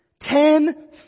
Ten